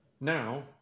Now